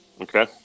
Okay